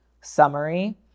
summary